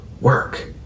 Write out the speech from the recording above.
work